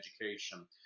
education